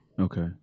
Okay